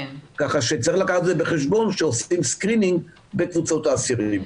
כך שצריך לקחת את זה בחשבון כשעושים סקרינינג בקבוצות האסירים.